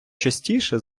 частіше